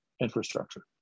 infrastructure